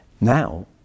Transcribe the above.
Now